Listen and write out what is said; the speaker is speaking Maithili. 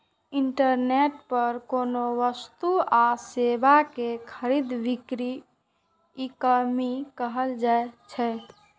इंटरनेट पर कोनो वस्तु आ सेवा के खरीद बिक्री ईकॉमर्स कहल जाइ छै